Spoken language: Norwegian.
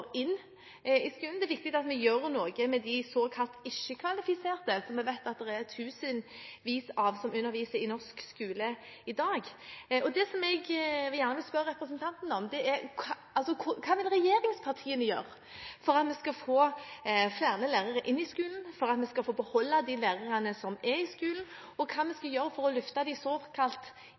inn i skolen, og det er viktig at vi gjør noe med de såkalt ikke-kvalifiserte, som jeg vet at det er tusenvis av som underviser i norsk skole i dag. Det jeg gjerne vil spørre representanten Thorsen om, er: Hva vil regjeringspartiene gjøre for at vi skal få flere lærere inn i skolen, for at vi skal få beholde de lærerne som er i skolen, og for å løfte de såkalt